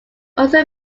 also